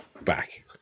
back